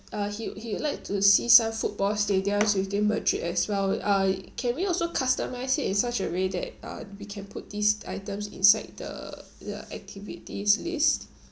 uh he he would like to see some football stadiums within madrid as well uh can we also customise it in such a way that uh we can put these items inside the the activities list